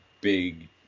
big